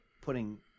putting